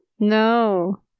No